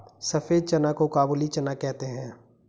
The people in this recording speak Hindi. सफेद चना को काबुली चना कहते हैं